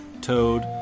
toad